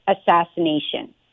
assassination